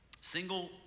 Single